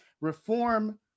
Reform